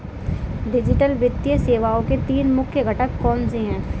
digital वित्तीय सेवाओं के तीन मुख्य घटक कौनसे हैं